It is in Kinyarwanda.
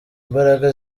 imbaraga